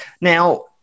Now